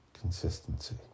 Consistency